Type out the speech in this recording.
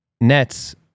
nets